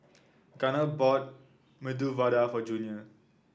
Gunner bought Medu Vada for Junior